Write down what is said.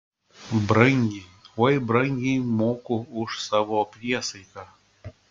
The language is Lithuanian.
brangiai oi brangiai moku už savo priesaiką